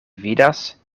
vidas